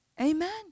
Amen